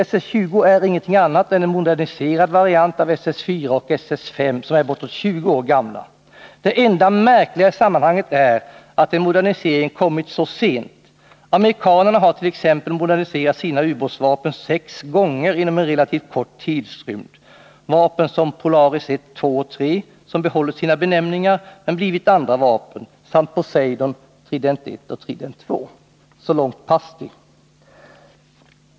SS 20 är ingenting annat än en moderniserad variant av SS 4 och SS 5, som är bortåt 20 år gamla. Det enda märkliga i sammanhanget är att en modernisering kommit så sent. Amerikanerna har t.ex. moderniserat sina ubåtsvapen sex gånger inom en relativt kort tidsrymd, vapen som Polaris 1, Polaris 2 och Polaris 3, som behållit sina benämningar men blivit andra vapen, samt Poseidon, Trident 1 och Trident 2. — Så långt Pasti.